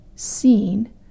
seen